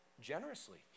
generously